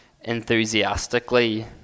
enthusiastically